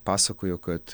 pasakojo kad